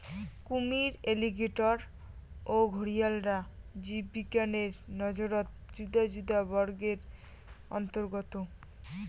কুমীর, অ্যালিগেটর ও ঘরিয়ালরা জীববিজ্ঞানের নজরত যুদা যুদা বর্গের অন্তর্গত